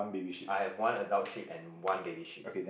I have one adult sheep and one baby sheep